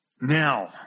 Now